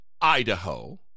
Idaho